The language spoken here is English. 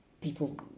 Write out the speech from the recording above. people